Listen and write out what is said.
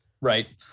right